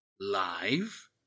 live